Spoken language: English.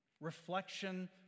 Reflection